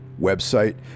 website